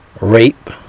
Rape